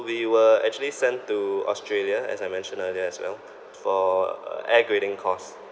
we were actually sent to australia as I mentioned earlier as well for a air grading course